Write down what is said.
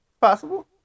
Possible